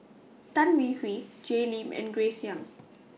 Tan Hwee Hwee Jay Lim and Grace Young